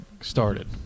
started